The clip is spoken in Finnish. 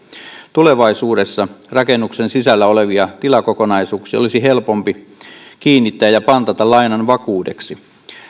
tulevaisuudessa rakennuksen sisällä olevia tilakokonaisuuksia olisi helpompi kiinnittää ja pantata lainan vakuudeksi